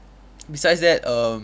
besides that err